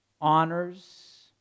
honors